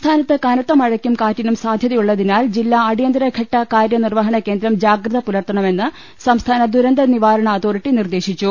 സംസ്ഥാനത്ത് കനത്ത മഴയ്ക്കും കാറ്റിനും സാധ്യതയുള്ള തിനാൽ ജില്ലാ അടിയന്തര ഘട്ട കാര്യനിർവഹണ കേന്ദ്രം ജാഗ്രത പുലർത്തണമെന്ന് സംസ്ഥാന ദുരന്ത നിവാരണ അതോറിറ്റി നിർദേ ശിച്ചു